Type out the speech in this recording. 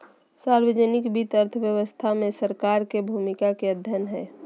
सार्वजनिक वित्त अर्थव्यवस्था में सरकार के भूमिका के अध्ययन हइ